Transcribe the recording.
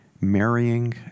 marrying